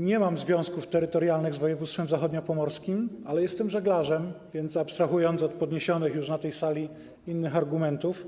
Nie mam związków terytorialnych z województwem zachodniopomorskim, ale jestem żeglarzem, więc abstrahując od podniesionych na tej sali innych argumentów,